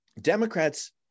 Democrats